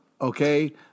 okay